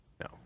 No